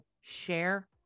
Share